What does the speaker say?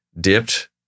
dipped